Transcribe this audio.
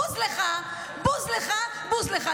בוז לך, בוז לך, בוז לך.